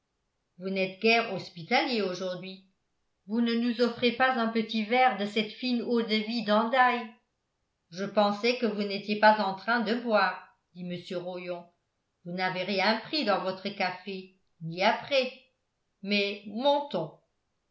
vous n'êtes guère hospitalier aujourd'hui vous ne nous offrez pas un petit verre de cette fine eau-de-vie d'andaye je pensais que vous n'étiez pas en train de boire dit mr rollon vous n'avez rien pris dans votre café ni après mais montons